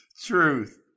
Truth